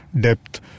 depth